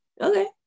Okay